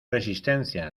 resistencia